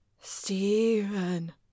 Stephen